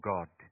God